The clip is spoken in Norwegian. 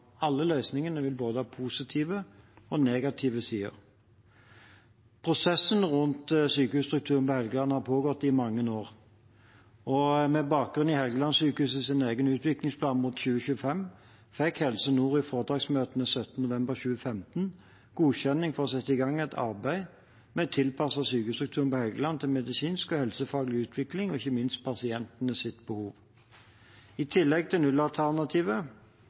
Alle løsningene vil ha både positive og negative sider. Prosessen rundt sykehusstrukturen på Helgeland har pågått i mange år, og med bakgrunn i Helgelandssykehusets egen utviklingsplan mot 2025 fikk Helse Nord i foretaksmøtet 17. november 2015 godkjenning for å sette i gang et arbeid med å tilpasse sykehusstrukturen på Helgeland til medisinsk og helsefaglig utvikling og ikke minst pasientenes behov. I tillegg til